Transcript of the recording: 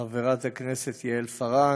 חברת הכנסת יעל פארן,